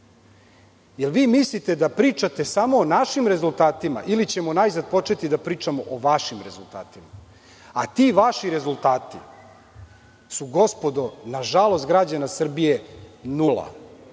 li vi mislite da pričate samo o našim rezultatima, ili ćemo najzad početi da pričamo o vašim rezultatima. Ti vaši rezultati su, nažalost građana Srbije, nula.